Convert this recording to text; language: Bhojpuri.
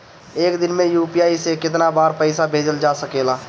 एक दिन में यू.पी.आई से केतना बार पइसा भेजल जा सकेला?